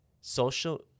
social